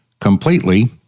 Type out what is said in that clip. completely